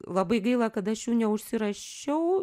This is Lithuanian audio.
labai gaila kad aš jų neužsirašiau